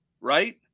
Right